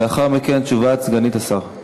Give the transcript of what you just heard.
ולאחר מכן תשובת סגנית השר.